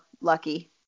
lucky